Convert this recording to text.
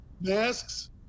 masks